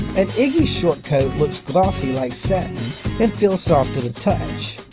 an iggy's short coat looks glossy like satin and feels soft to the touch.